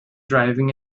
driving